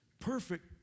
perfect